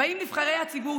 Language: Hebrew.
באים נבחרי הציבור,